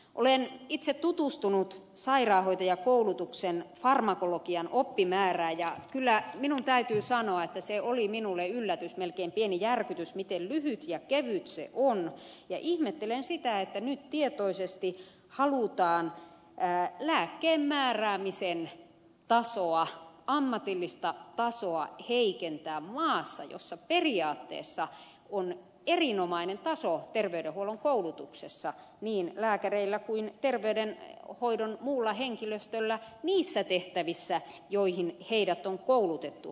olen itse tutustunut sairaanhoitajakoulutuksen farmakologian oppimäärään ja kyllä minun täytyy sanoa että se oli minulle yllätys melkein pieni järkytys miten lyhyt ja kevyt se on ja ihmettelen sitä että nyt tietoisesti halutaan lääkkeenmääräämisen tasoa ammatillista tasoa heikentää maassa jossa periaatteessa on erinomainen taso terveydenhuollon koulutuksessa niin lääkäreillä kuin terveydenhoidon muulla henkilöstöllä niissä tehtävissä joihin heidät on koulutettu